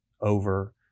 over